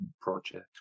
project